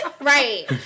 Right